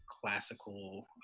classical